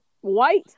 white